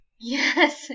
Yes